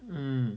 mm